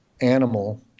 animal